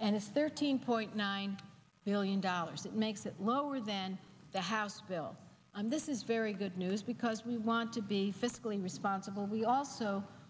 and it's thirteen point nine billion dollars that makes it lower than the house bill and this is very good news because we want to be fiscally responsible we also